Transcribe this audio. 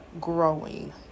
growing